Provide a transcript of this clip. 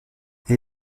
elle